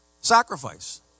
sacrifice